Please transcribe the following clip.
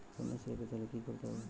কন্যাশ্রী পেতে হলে কি করতে হবে?